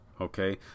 okay